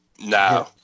No